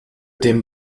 dem